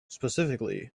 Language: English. specifically